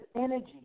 energy